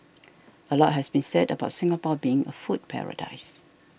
a lot has been said about Singapore being a food paradise